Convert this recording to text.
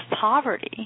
poverty